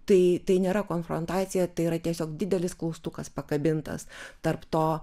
tai tai nėra konfrontacija tai yra tiesiog didelis klaustukas pakabintas tarp to